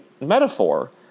metaphor